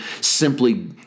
simply